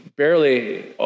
barely